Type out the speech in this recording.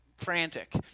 frantic